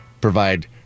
provide